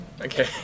okay